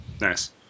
Nice